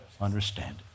understand